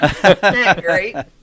great